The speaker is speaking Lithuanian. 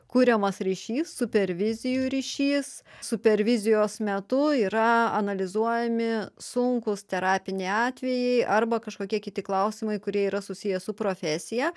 kuriamas ryšys supervizijų ryšys supervizijos metu yra analizuojami sunkūs terapiniai atvejai arba kažkokie kiti klausimai kurie yra susiję su profesija